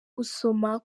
gusoma